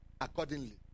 Accordingly